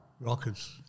rockets